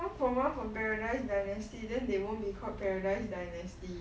one for one from paradise dynasty then they won't be called paradise dynasty